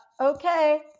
Okay